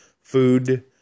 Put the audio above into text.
food